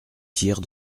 tire